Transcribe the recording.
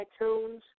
iTunes